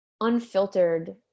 unfiltered